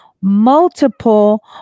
multiple